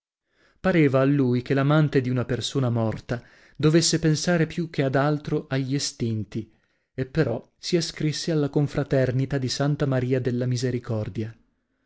pareva a lui che l'amante di una persona morta dovesse pensare più che ad altro agli estinti epperò si ascrisse alla confraternita di santa maria della misericordia